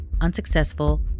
unsuccessful